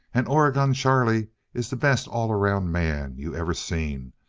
and oregon charlie is the best all-around man you ever seen,